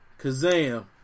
Kazam